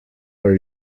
are